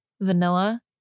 vanilla